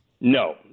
No